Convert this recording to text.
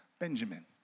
Benjamin